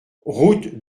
route